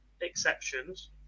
exceptions